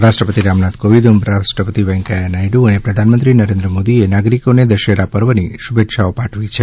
રાષ્ટ્રપતિ રામનાથ કોવિંદ ઉપરાષ્ટ્રપતિ વેંકૈયા નાયડુ અને પ્રધાનમંત્રી નરેન્દ્ર મોદીએ નાગરિકોને દશેરાપર્વની શુભેચ્છાઓ આપી છે